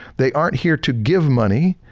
they aren't here to give money,